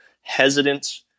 hesitant